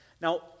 Now